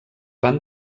van